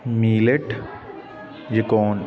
ਮੀਲਿਟ Yukon